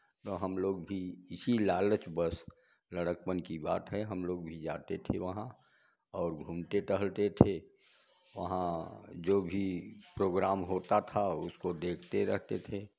तो हम लोग भी इसी लालचवश लड़कपन की बात है हम लोग भी जाते थे वहाँ और घूमते टहलते थे वहाँ जो भी प्रोग्राम होता था उसको देखते रहते थे